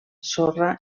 sorra